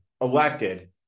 elected